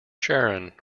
sharon